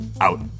Out